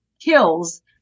kills